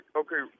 okay